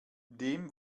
dem